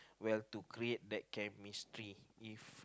while to create that chemistry if